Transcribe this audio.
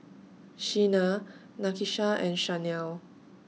Shena Nakisha and Shanell